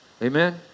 Amen